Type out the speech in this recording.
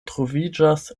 troviĝas